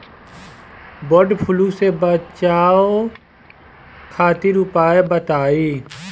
वड फ्लू से बचाव खातिर उपाय बताई?